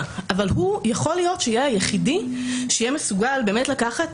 אבל יכול להיות שהוא יהיה היחידי שיהיה מסוגל באמת לקחת